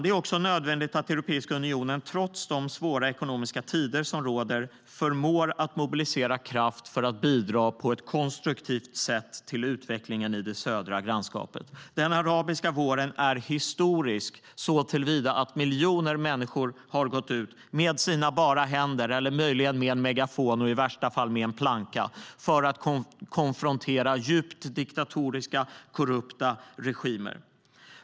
Det är också nödvändigt att Europeiska unionen, trots de svåra ekonomiska tider som råder, förmår att mobilisera kraft för att bidra på ett konstruktivt sätt till utvecklingen i det södra grannskapet. Den arabiska våren är historisk såtillvida att miljoner människor har gått ut med sina bara händer eller möjligen med en megafon och i värsta fall med en planka för att konfrontera djupt diktatoriska och korrupta regimer.